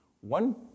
One